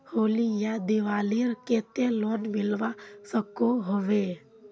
होली या दिवालीर केते लोन मिलवा सकोहो होबे?